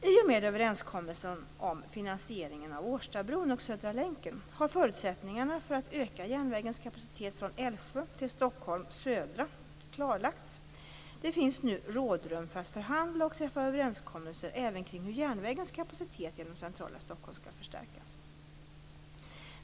I och med överenskommelsen om finansieringen av Årstabron och Södra länken har förutsättningarna för att öka järnvägens kapacitet från Älvsjö till Stockholm södra klarlagts. Det finns nu rådrum för att förhandla och träffa överenskommelser även kring hur järnvägens kapacitet genom centrala Stockholm skall förstärkas.